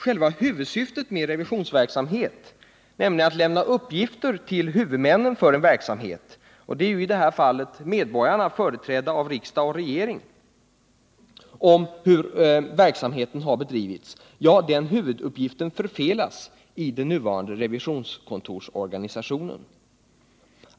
Själva huvudsyftet med revisionsverksamheten, nämligen att lämna uppgifter till huvudmännen för en verksamhet — i detta fall medborgarna företrädda av riksdag och regering — om hur verksamheten har bedrivits, förfelas med den nuvarande revisionskontorsorganisationen.